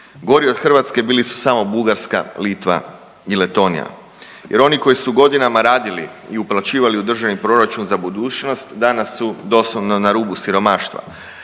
Gori od Hrvatske bili su samo Bugarska, Litva i Letonija jer oni koji su godinama radili i uplaćivali u državni proračun za budućnost dana su doslovno na rubu siromaštva,